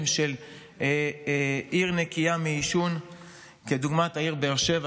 של עיר נקייה מעישון כדוגמת העיר באר שבע,